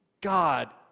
God